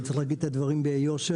וצריך להגיד את הדברים ביושר,